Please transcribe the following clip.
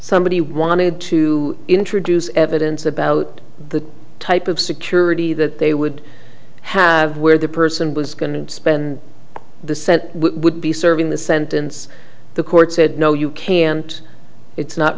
somebody wanted to introduce evidence about the type of security that they would have where the person was going to spend the sent would be serving the sentence the court said no you can't it's not